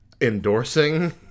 endorsing